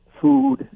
food